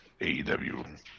AEW